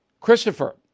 Christopher